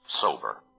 sober